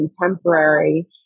contemporary